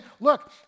look